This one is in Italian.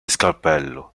scalpello